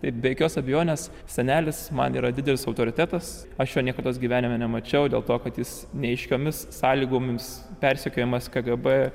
taip be jokios abejonės senelis man yra didelis autoritetas aš jo niekados gyvenime nemačiau dėl to kad jis neaiškiomis sąlygomis persekiojamas kgb